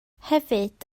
hefyd